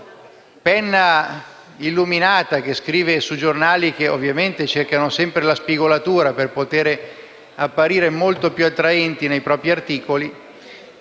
penna illuminata, che scrive su giornali che cercano sempre la spigolatura per poter apparire molto più attraenti sui propri articoli,